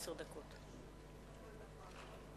גברתי היושבת-ראש,